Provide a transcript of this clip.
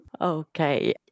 Okay